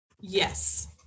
Yes